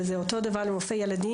וזה אותו דבר עם רופא ילדים,